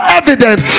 evident